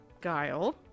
Guile